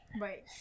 Right